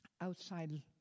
outside